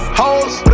hoes